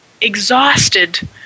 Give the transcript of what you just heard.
exhausted